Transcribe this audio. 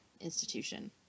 institution